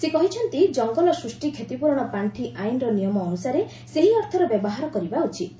ସେ କହିଛନ୍ତି ଜଙ୍ଗଲ ସୂଷ୍ଟି କ୍ଷତିପୂରଣ ପାର୍ଷି ଆଇନ୍ର ନିୟମ ଅନୁସାରେ ସେହି ଅର୍ଥର ବ୍ୟବହାର କରାଯିବା ଉଚିତ୍